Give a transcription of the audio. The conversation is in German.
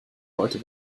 heute